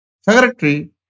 secretary